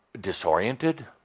disoriented